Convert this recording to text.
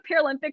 Paralympics